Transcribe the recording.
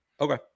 okay